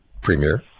Premier